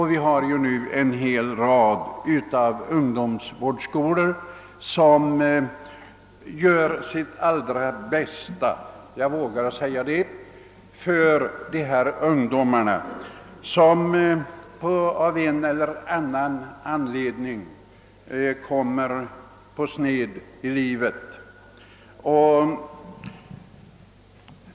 Vi har nu en hel rad av ungdomsvårdsskolor som gör sitt allra bästa — jag vågar säga det — för dessa ungdomar som av en eller annan anledning kommit på sned i livet.